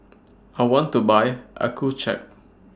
I want to Buy Accucheck